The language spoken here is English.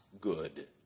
good